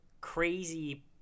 crazy